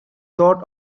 thought